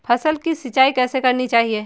फसल की सिंचाई कैसे करनी चाहिए?